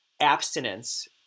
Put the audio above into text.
Abstinence